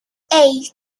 eight